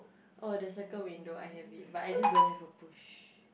oh the circle window I have it but I just don't have a push